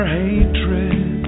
hatred